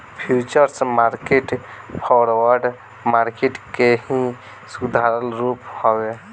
futures market forward market के ही सुधारल रूप हवे